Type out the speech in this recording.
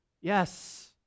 Yes